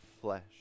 flesh